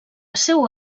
seua